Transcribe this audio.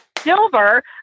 silver